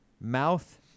mouth